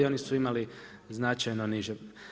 Oni su imali značajno niže.